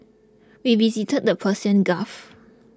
we visited the Persian Gulf